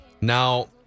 Now